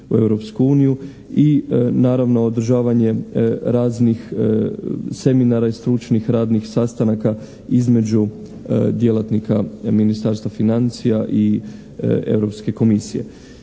uniju. I naravno održavanje raznih seminara i stručnih radnih sastanaka između djelatnika Ministarstva financija i Europske komisije.